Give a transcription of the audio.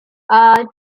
are